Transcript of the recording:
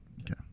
Okay